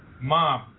Mom